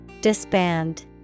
Disband